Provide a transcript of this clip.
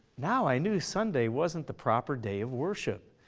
now i knew sunday wasn't the proper day of worship,